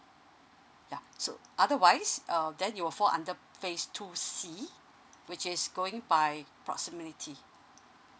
ya so otherwise uh then you will fall under phase two C which is going to by proximity